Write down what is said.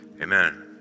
amen